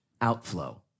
outflow